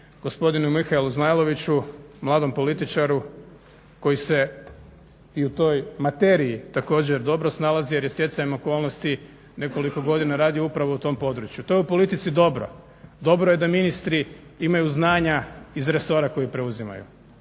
gospodinu Mihaelu Zmajloviću mladom političaru koji se i u toj materiji također dobro snalazi jer je stjecajem okolnosti nekoliko godina radio upravo u tom području. To je u politici dobro. Dobro je da ministri imaju znanja iz resora koji preuzimaju.